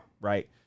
Right